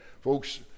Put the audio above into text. Folks